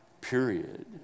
period